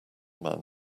man